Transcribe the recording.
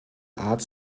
art